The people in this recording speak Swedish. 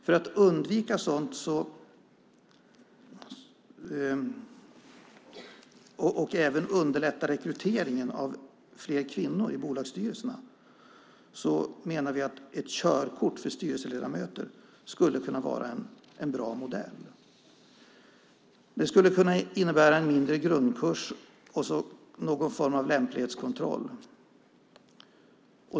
För att undvika sådant och underlätta rekryteringen av fler kvinnor i bolagsstyrelserna menar vi att ett körkort för styrelseledamöter skulle kunna vara en bra modell. Det skulle kunna innebära en mindre grundkurs och någon form av lämplighetskontroll.